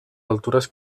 altures